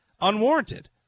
unwarranted